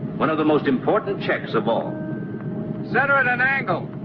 one of the most important checks of all set her at an angle.